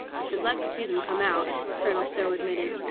i should like to see them come out, colonel stow admitted.